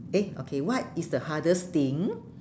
eh okay what is the hardest thing